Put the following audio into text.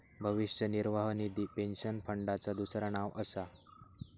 भविष्य निर्वाह निधी पेन्शन फंडाचा दुसरा नाव असा